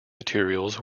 materials